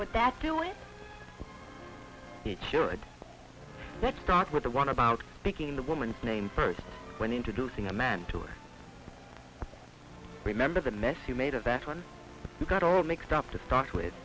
t that doing it sure let's start with the one about making the woman's name first when introducing a man to it remember the mess you made of that one you got all mixed up to start with